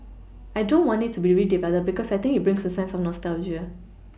I don't want it to be redeveloped because I think it brings a sense of nostalgia